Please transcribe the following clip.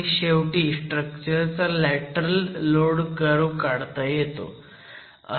आणि शेवटी स्ट्रक्चरचा लॅटरल लोड कर्व्ह काढता येतो